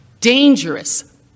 dangerous